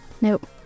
Nope